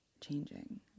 changing